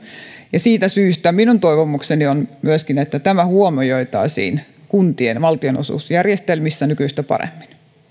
siitä syystä minun toivomukseni on myöskin se että tämä huomioitaisiin kuntien valtionosuusjärjestelmissä nykyistä paremmin